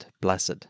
Blessed